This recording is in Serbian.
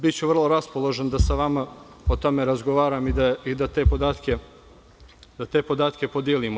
Biću vrlo raspoložen da sa vama o tome razgovaram i da te podatke podelimo.